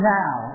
now